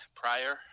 prior